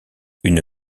une